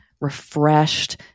refreshed